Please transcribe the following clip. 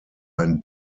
ein